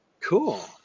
Cool